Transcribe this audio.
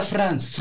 France